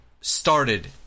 started